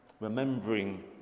remembering